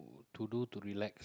to do to relax